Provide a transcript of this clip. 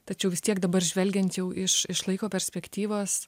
tačiau vis tiek dabar žvelgiant jau iš iš laiko perspektyvos